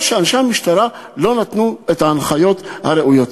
או שאנשי המשטרה לא נתנו את ההנחיות הראויות,